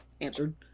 answered